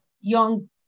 young